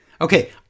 Okay